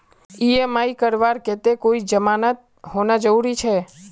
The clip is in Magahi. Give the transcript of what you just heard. ई.एम.आई करवार केते कोई जमानत होना जरूरी छे?